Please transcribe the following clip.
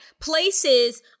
Places